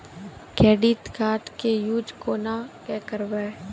Credit card के use कोना के करबऽ?